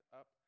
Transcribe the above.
up